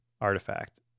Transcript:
artifact